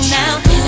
now